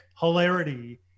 hilarity